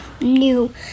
new